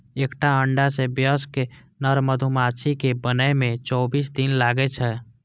एकटा अंडा सं वयस्क नर मधुमाछी कें बनै मे चौबीस दिन लागै छै